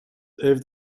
heeft